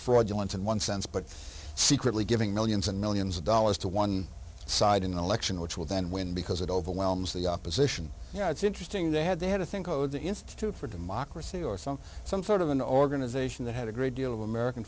fraudulent in one sense but secretly giving millions and millions of one dollar to one dollar side in an election which will then win because it overwhelms the opposition you know it's interesting they had they had to think oh the institute for democracy or some some sort of an organization that had a great deal of american